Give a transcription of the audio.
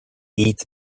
eats